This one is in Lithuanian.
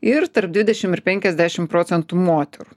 ir tarp dvidešim ir penkiasdešim procentų moterų